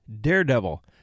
Daredevil